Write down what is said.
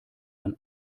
man